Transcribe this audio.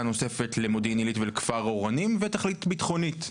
נוספת למודיעין עילית וכפר אורנים ותכלית ביטחונית.